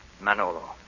Manolo